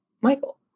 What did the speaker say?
michael